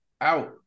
out